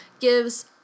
gives